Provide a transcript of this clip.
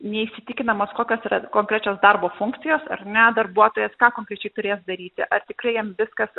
neįsitikinamos kokios yra konkrečios darbo funkcijos ar ne darbuotojas ką konkrečiai turės daryti ar tikrai jam viskas